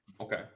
Okay